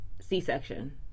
C-section